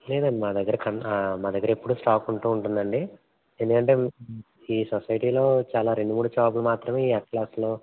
లేదండి మా దగ్గర కన్నా మా దగ్గర ఎప్పుడు స్టాక్ ఉంటుంది అండి ఎందుకంటే ఈ సొసైటీలో చాలా రెండు మూడు షాపులలో మాత్రమే ఈ అట్లాస్లో